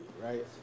right